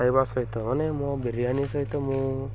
ଖାଇବା ସହିତ ମନେ ମୋ ବିରିୟାନୀ ସହିତ ମୁଁ